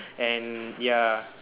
and ya